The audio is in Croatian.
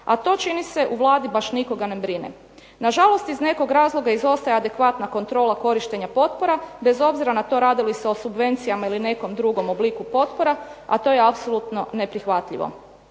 a to čini se u Vladi baš nikoga ne brine. Na žalost iz nekog razloga izostaje adekvatna kontrola korištenja potpora bez obzira na to radi li se o subvencijama ili nekom drugom obliku potpora, a to je apsolutno neprihvatljivo.